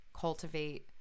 cultivate